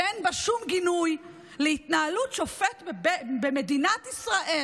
שאין בה שום גינוי להתנהלות שופט במדינת ישראל